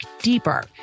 deeper